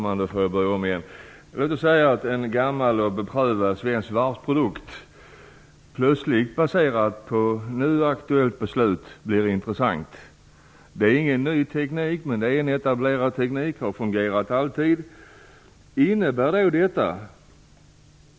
Fru talman! Jag vill fråga hur det blir om en gammal och beprövad svensk varvsprodukt genom nu aktuellt beslut plötsligt blir intressant. Det är då inte fråga om någon ny teknik utan om en etablerad teknik, som har fungerat sedan länge.